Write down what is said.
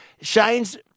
Shane's